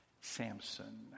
Samson